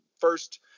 first